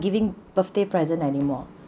giving birthday present anymore